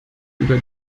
über